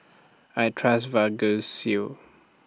I Trust Vagisil